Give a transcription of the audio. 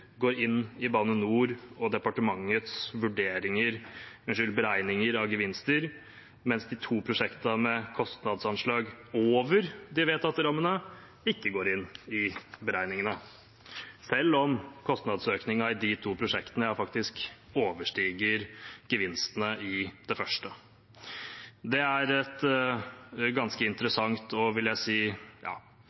går inn i Bane NORs og departementets beregninger av gevinster, mens de to prosjektene med kostnadsanslag over de vedtatte rammene, ikke går inn i beregningene, selv om kostnadsøkningen i de to prosjektene faktisk overstiger gevinstene i det første. Det er et ganske interessant og jeg vil si